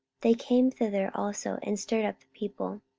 they came thither also, and stirred up the people.